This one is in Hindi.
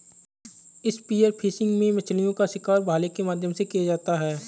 स्पीयर फिशिंग में मछलीओं का शिकार भाले के माध्यम से किया जाता है